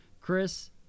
chris